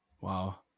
wow